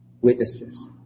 witnesses